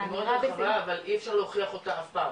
העבירה רחבה אבל אי אפשר להוכיח אותה אף פעם,